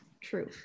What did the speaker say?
True